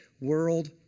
world